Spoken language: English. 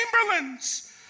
chamberlains